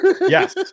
Yes